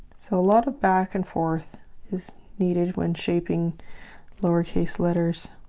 so a lot of back and forth is needed when shaping lowercase letters